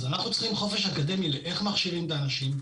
אז אנחנו צריכים חופש אקדמי לאיך מכשירים את האנשים,